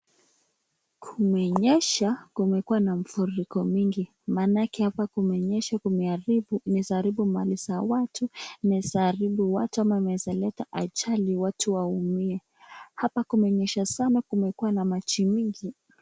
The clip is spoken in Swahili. Kumenyesha, kumekuwa na mafuriko mingi, maanake hapa kumenyesha kumeharibu mali za watu inaweza haribu watu ama inaweza leta ajali watu waumie. Hapa kumenyesha sana, kumekuwa na maji nyingi.